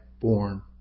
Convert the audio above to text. born